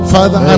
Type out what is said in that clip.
Father